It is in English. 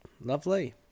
Lovely